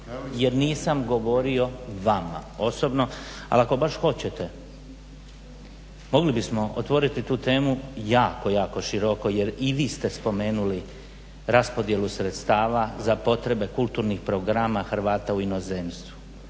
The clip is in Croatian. jer nisam govorio vama osobno ali ako baš hoćete mogli bismo otvoriti tu temu jako, jako široko jer i vi ste spomenuli raspodjelu sredstava za potrebe kulturnih programa Hrvata u inozemstvu.